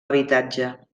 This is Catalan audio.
habitatge